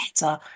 better